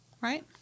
right